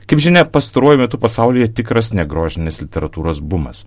kaip žinia pastaruoju metu pasaulyje tikras negrožinės literatūros bumas